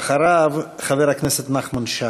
אחריו, חבר הכנסת נחמן שי.